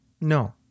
no